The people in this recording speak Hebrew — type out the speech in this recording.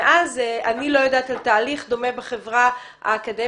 מאז אני לא יודעת על תהליך דומה בחברה האקדמית.